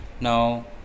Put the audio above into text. now